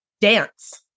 dance